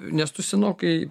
nes tu senokai